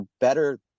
better